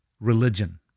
religion